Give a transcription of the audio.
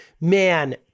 man